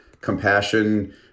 compassion